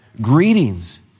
Greetings